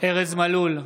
ארז מלול,